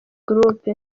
group